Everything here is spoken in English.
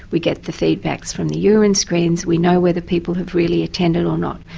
we get the feedbacks from the urine screens, we know whether people have really attended or not.